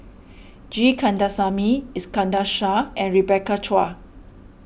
G Kandasamy Iskandar Shah and Rebecca Chua